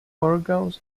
órgãos